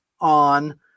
on